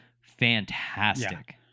Fantastic